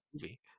movie